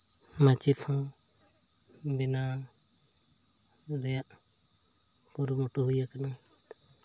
ᱢᱟᱪᱮᱫ ᱦᱚᱸ ᱵᱮᱱᱟᱜ ᱨᱮᱭᱟᱜ ᱠᱩᱨᱩᱢᱩᱴᱩ ᱦᱩᱭᱟᱠᱟᱱᱟ